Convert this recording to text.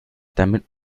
damit